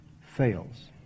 fails